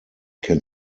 can